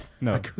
No